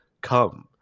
come